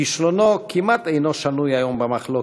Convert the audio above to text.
כישלונו כמעט אינו שנוי היום במחלוקת,